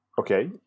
Okay